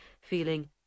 feeling